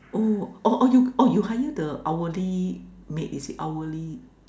oh or or you or you hire the hourly maid it hourly